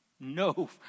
No